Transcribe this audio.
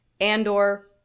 Andor